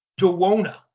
Dewona